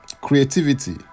creativity